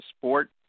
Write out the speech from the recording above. sport